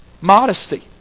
modesty